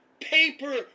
paper